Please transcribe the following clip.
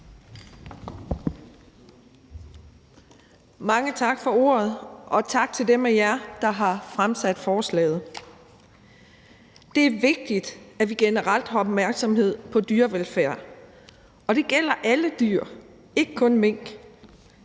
Mange tak for ordet, og tak til dem af jer, der har fremsat forslaget. Det er vigtigt, at vi generelt har opmærksomhed på dyrevelfærd, og det gælder alle dyr, ikke kun mink.